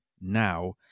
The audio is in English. now